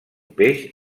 peix